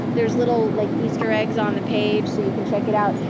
there's little like easter eggs on the page, so you can check it out.